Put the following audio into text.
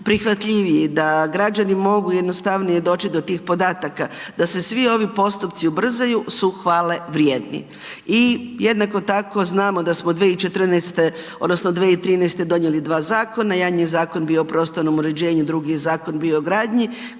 prihvatljiviji, da građani mogu jednostavnije doći do tih podataka, da se svi ovi postupci ubrzaju su hvalevrijedni i jednako tako znamo da smo 2014. odnosno 2013. donijeli dva zakona, jedan je zakon bio o prostornomu uređenju, drugi je zakon bio o gradnji